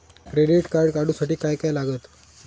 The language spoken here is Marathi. क्रेडिट कार्ड काढूसाठी काय काय लागत?